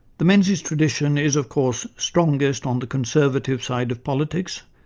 the menzies tradition is, of course, strongest on the conservative side of politics,